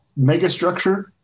megastructure